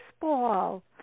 baseball